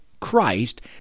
Christ